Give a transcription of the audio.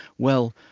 well,